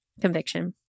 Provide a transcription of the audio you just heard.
conviction